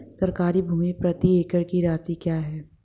सरकारी भूमि प्रति एकड़ की राशि क्या है?